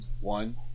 One